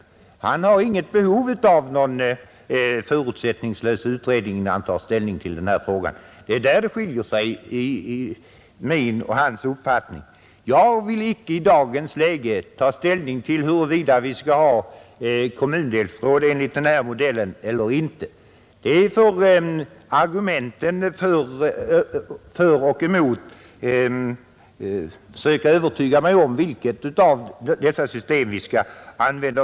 Han har inget behov av någon förutsättningslös utredning innan han tar ställning till denna fråga. Det är där det skiljer sig mellan min och hans uppfattning. Jag vill icke i dagens läge ta ställning till huruvida vi skall ha kommundelsråd enligt den föreslagna modellen eller inte. Jag vill se argumenten för och emot innan jag blir övertygad om vilket av dessa system vi skall använda.